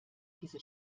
diese